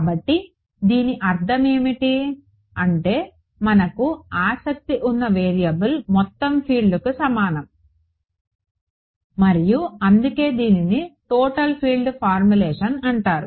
కాబట్టి దీని అర్థం ఏమిటి అంటే మనకు ఆసక్తి ఉన్న వేరియబుల్ మొత్తం ఫీల్డ్కు సమానం మరియు అందుకే దీనిని టోటల్ ఫీల్డ్ ఫార్ములేషన్ అంటారు